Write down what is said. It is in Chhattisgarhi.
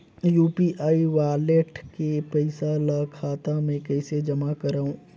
यू.पी.आई वालेट के पईसा ल खाता मे कइसे जमा करव?